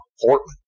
Portland